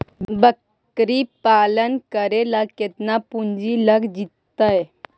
बकरी पालन करे ल केतना पुंजी लग जितै?